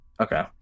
Okay